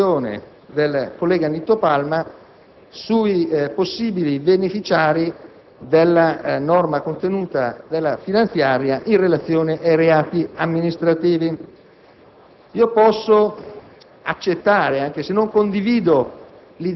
disponibilità nel visionare una risposta all'interrogazione del collega Palma sui possibili beneficiari della norma contenuta nella finanziaria in relazione ai reati amministrativi.